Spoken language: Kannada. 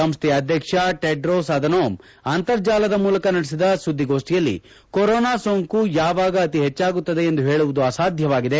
ಸಂಸ್ಥೆಯ ಅಧ್ಯಕ್ಷ ಟೆಡ್ರೋಸ್ ಅಧನೋಮ್ ಅಂತರ್ಜಾಲದ ಮೂಲಕ ನಡೆಸಿದ ಸುದ್ದಿಗೋಷ್ಠಿಯಲ್ಲಿ ಕೊರೊನಾ ಸೋಂಕು ಯಾವಾಗ ಅತಿ ಹೆಚ್ಚಾಗುತ್ತದೆ ಎಂದು ಹೇಳುವುದು ಅಸಾಧ್ಯವಾಗಿದೆ